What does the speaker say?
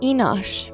Enosh